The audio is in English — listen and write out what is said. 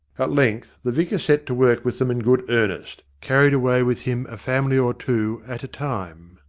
at length the vicar set to work with them in good earnest, carried away with him a family or two at a time,